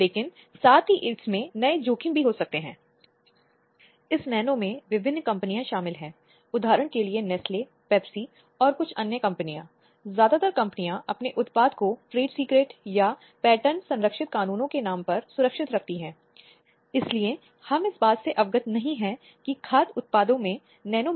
उन सुरक्षित रक्षकों के कार्यान्वयन के लिए समय समय पर आवश्यक रिपोर्ट करना संविधान के मौजूदा प्रावधानों और साथ ही अन्य कानूनों की समीक्षा करना और उसमें समय समय पर किए जाने वाले आवश्यक बदलावों का सुझाव देना